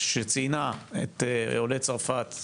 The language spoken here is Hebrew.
שציינה את עולי צרפת,